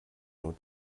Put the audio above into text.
nur